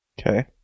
Okay